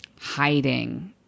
hiding